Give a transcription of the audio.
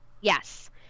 Yes